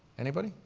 anybody?